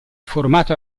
formato